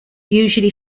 usually